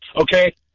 okay